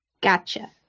Gotcha